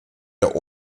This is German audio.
der